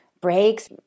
breaks